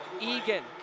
Egan